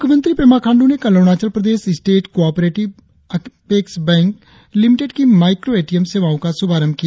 मुख्यमंत्री पेमा खाण्डू ने कल Arunachal Pradesh state cooperative apex bank limited की माईक्रो एटीएम सेवाओं का शुभारंभ किया